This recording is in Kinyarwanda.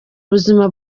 ubuzima